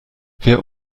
wer